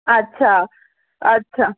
আচ্ছা আচ্ছা